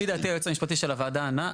לפי דעתי היועץ המשפטי של הוועדה ענה.